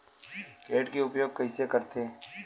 Credit के उपयोग कइसे करथे?